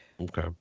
Okay